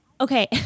okay